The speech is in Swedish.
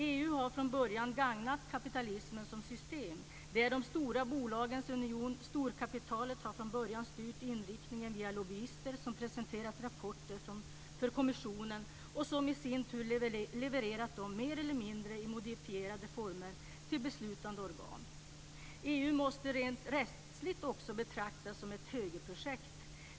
EU har från börjat gagnat kapitalismen som system. Det är de stora bolagens union. Storkapitalet har från början styrt inriktningen via lobbyister som presenterat rapporter för kommissionen, som i sin tur levererat dem i mer eller mindre modifierade former till beslutande organ. EU måste också rent rättsligt betraktas som ett högerprojekt.